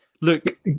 Look